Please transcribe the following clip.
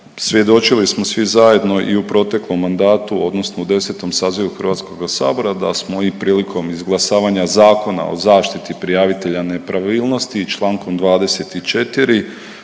Svjedočili smo svi zajedno i u proteklom mandatu odnosno 10. sazivu Hrvatskog sabora da smo i prilikom izglasavanja Zakona o zaštiti prijavitelja nepravilnosti Člankom 24.